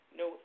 no